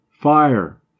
Fire